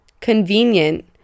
convenient